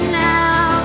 now